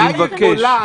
אני רוצה תשובה לשאלה.